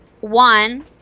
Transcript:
one